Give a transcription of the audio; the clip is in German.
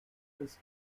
das